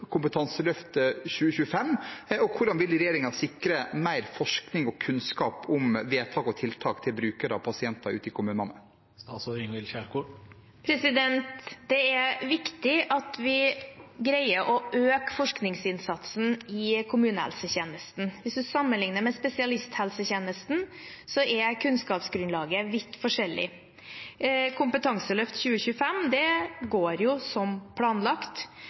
2025, og hvordan vil regjeringen sikre mer forskning på og kunnskap om vedtak og tiltak til brukere og pasienter ute i kommunene? Det er viktig at vi greier å øke forskningsinnsatsen i kommunehelsetjenesten. Hvis man sammenligner med spesialisthelsetjenesten, er kunnskapsgrunnlaget vidt forskjellig. Kompetanseløft 2025 går som planlagt,